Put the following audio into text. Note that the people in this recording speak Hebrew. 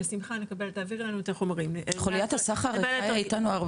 בשמחה נקבל תעבירי לנו את החומרים -- חוליית הסחר איתנו הרבה שנים.